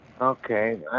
Okay